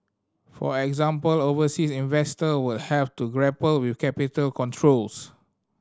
for example overseas investor would have to grapple with capital controls